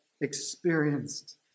experienced